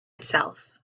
itself